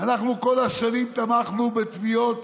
אנחנו כל השנים תמכנו בתביעות